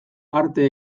arte